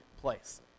place